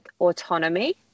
autonomy